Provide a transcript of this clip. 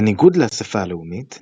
בניגוד לאספה הלאומית,